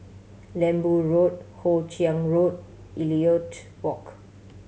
Lembu Road Hoe Chiang Road Elliot Walk